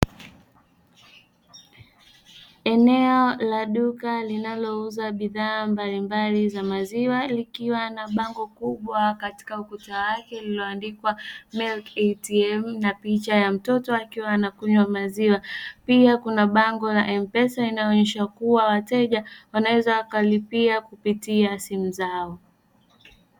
Eneo la duka linalouza bidhaa mbalimbali za maziwa, likiwa na bango kubwa katika ukuta wake lililoandikwa "milk atm" na picha ya mtoto akiwa anakunywa maziwa, pia kuna bango la mpesa linaloonyesha kuwa wateja wanaweza wakalipia kupitia simu zao.